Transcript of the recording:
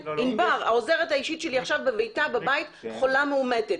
ענבר, העוזרת האישית שלי עכשיו בביתה חולה מאומתת.